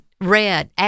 red